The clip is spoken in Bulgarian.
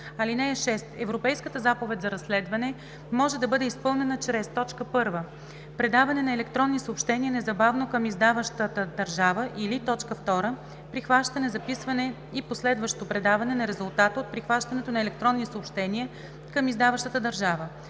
(6) Европейската заповед за разследване може да бъде изпълнена чрез: 1. предаване на електронни съобщения незабавно към издаващата държава, или 2. прихващане, записване и последващо предаване на резултата от прихващането на електронни съобщения към издаващата държава.